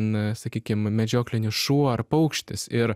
na sakykim medžioklinis šuo ar paukštis ir